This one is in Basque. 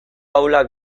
ahulak